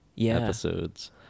episodes